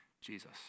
Jesus